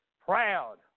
Proud